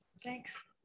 Thanks